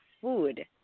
food